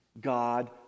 God